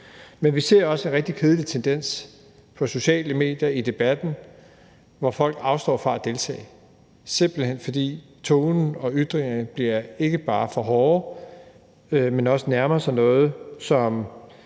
men vi ser også en rigtig kedelig tendens på de sociale medier og i debatten til, at folk afstår fra at deltage, simpelt hen fordi tonen og ytringerne bliver ikke bare for hårde, men også nærmer sig noget, som